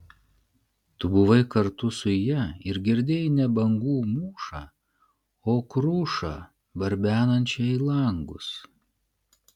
tu buvai kartu su ja ir girdėjai ne bangų mūšą o krušą barbenančią į langus